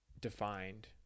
defined